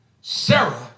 Sarah